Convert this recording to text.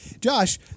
Josh